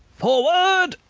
forward!